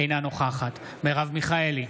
אינה נוכחת מרב מיכאלי,